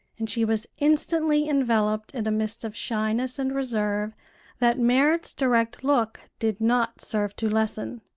and she was instantly enveloped in a mist of shyness and reserve that merrit's direct look did not serve to lessen.